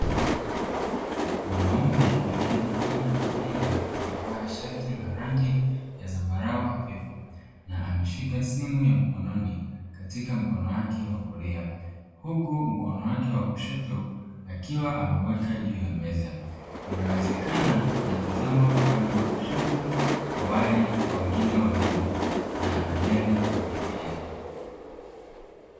Mwanaume aliyeupande wa kulia amevaa shati la rangi ya dhambarau hafifu na ameshika simu ya mkononi katika mkono wake wa kulia, huku mkono wake wa kushoto akiwa ameuweka juu ya meza inawezekana anatazama upande wa kushoto wa wale wengine wawili na ananywele fupi pia.